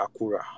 Acura